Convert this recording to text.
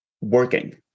working